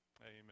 amen